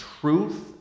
truth